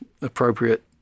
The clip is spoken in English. appropriate